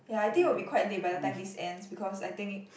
ya I think it will be quite late by the time this ends because I think it